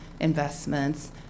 investments